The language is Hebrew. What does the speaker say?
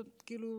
כאילו,